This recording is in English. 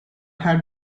had